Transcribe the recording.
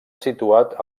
situat